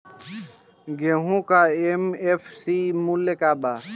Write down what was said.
गेहू का एम.एफ.सी मूल्य का बा?